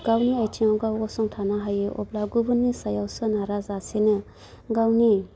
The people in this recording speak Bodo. गावनि आयथिंआव गाव गसंथानो हायो अब्ला गुबुननि सायाव सोनारा जासेनो गावनि